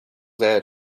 there